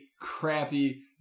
crappy